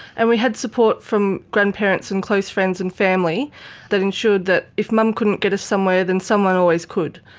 and we had support from grandparents and close friends and family that ensured that if mum couldn't get us somewhere then someone always could.